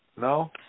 No